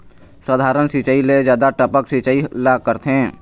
साधारण सिचायी ले जादा टपक सिचायी ला करथे